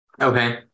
okay